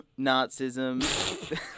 nazism